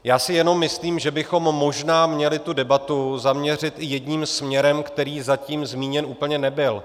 Já si jenom myslím, že bychom možná měli tu debatu zaměřit i jedním směrem, který zatím zmíněn úplně nebyl.